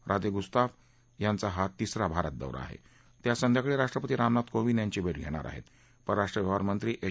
राज मुस्ताफ यांचा हा तिसरा भारत दौरा आह त आज संध्याकाळी राष्ट्रपती रामनाथ कोविद यांची भट घघ्तीर आहर्त परराष्ट्र व्यवहार मंत्री एस